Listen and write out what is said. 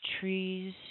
trees